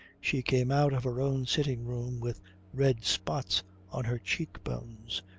she came out of her own sitting-room with red spots on her cheek-bones,